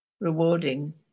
rewarding